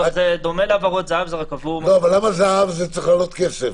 למה זה עולה כסף?